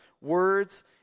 words